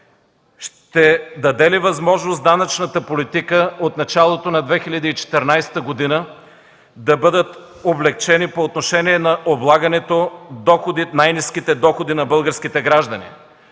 Ще даде ли възможност данъчната политика от началото на 2014 г. да бъдат облекчени по отношение на облагането най-ниските доходи на българските граждани?